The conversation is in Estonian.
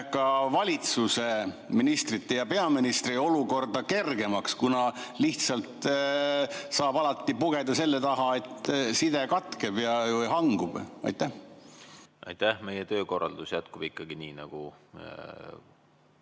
ka valitsuse, ministrite ja peaministri olukorda kergemaks, kuna lihtsalt saab alati pugeda selle taha, et side katkeb või hangub? Aitäh! Meie töökorraldus jätkub ikkagi nii, nagu